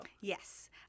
Yes